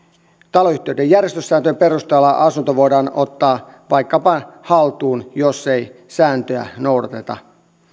taloyhtiöiden järjestyssääntöjen perusteella asunto voidaan ottaa vaikkapa haltuun jos ei sääntöä noudateta